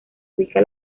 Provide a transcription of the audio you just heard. ubica